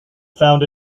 found